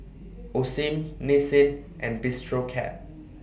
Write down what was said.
Osim Nissin and Bistro Cat